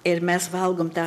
ir mes valgom tą